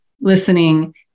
listening